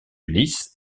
lisse